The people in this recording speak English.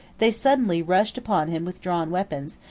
they suddenly rushed upon him with drawn weapons,